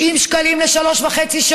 90 שקלים לשלוש שעות וחצי.